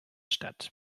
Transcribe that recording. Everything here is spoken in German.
statt